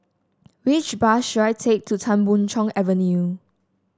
which bus should I take to Tan Boon Chong Avenue